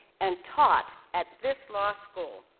and taught at this law school.